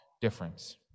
difference